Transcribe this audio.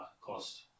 cost